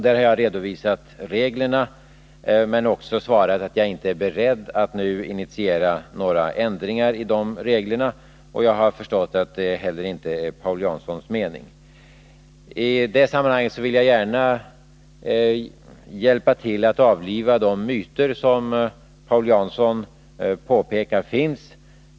Jag har redovisat reglerna men också svarat att jag inte är beredd att nu initiera några ändringar i dessa regler, och jag har förstått att det heller inte är Paul Janssons mening. I detta sammanhang vill jag gärna hjälpa till att avliva en del av de myter som Paul Jansson påpekar finns.